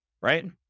right